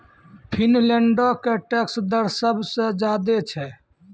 फिनलैंडो के टैक्स दर सभ से ज्यादे छै